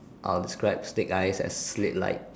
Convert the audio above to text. I will describe snake eyes like slit like